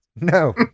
no